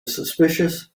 suspicious